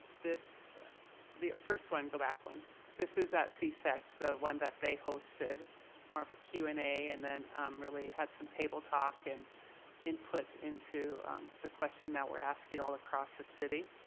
this the first one go back when this is that csec the one that they hosted more of a q and a and then really had some table talk and input into the question that we're asking all across the city.